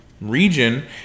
region